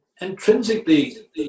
Intrinsically